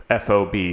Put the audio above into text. FOB